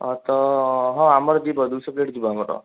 ହଁ ତ ହଁ ଆମର ଯିବ ଦୁଇଶହ ପ୍ଳେଟ୍ ଯିବ ଆମର